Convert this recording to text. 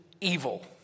evil